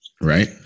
Right